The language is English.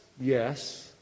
yes